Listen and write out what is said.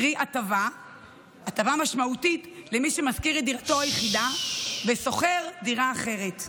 קרי הטבה משמעותית למי שמשכיר את דירתו היחידה ושוכר דירה אחרת.